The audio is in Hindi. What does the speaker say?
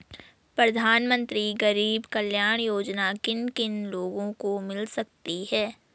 प्रधानमंत्री गरीब कल्याण योजना किन किन लोगों को मिल सकती है?